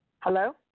hello